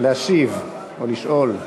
להשיב או לשאול.